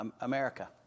America